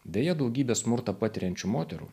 deja daugybė smurtą patiriančių moterų